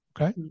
Okay